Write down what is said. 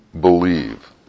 believe